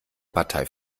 partei